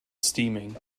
steaming